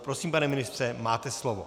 Prosím, pane ministře, máte slovo.